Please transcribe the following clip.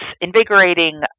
invigorating